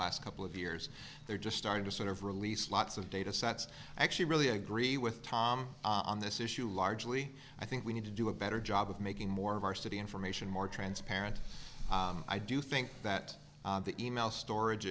last couple of years they're just starting to sort of release lots of data sets actually really agree with tom on this issue largely i think we need to do a better job of making more of our city information more transparent i do think that the email storage